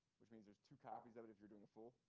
which means there's two copies of it if you're doing fool.